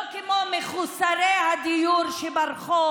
לא כמו מחוסרי הדיור שברחוב.